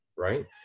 Right